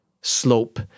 slope